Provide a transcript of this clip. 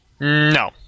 No